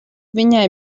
viņai